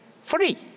free